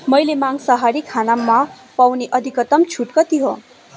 मैले मांसाहारी खानामा पाउने अधिकतम छुट कति हो